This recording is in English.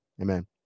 Amen